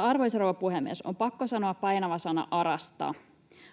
Arvoisa rouva puhemies! Mutta on pakko sanoa painava sana ARAsta.